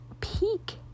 peak